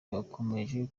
bakomeje